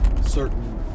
certain